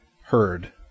heard